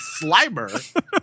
Slimer